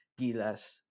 Gilas